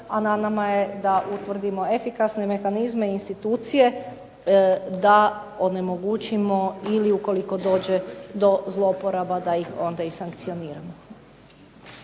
a na nama je utvrdimo efikasne mehanizme i institucije da onemogućimo ili ukoliko dođe do zlouporaba da ih onda i sankcioniramo.